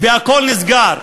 והכול נסגר.